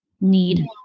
need